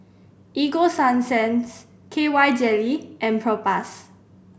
Ego Sunsense K Y Jelly and Propass